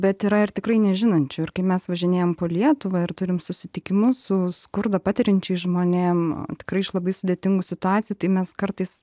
bet yra ir tikrai nežinančių ir kai mes važinėjam po lietuvą ir turim susitikimus su skurdą patiriančiais žmonėm tikrai iš labai sudėtingų situacijų tai mes kartais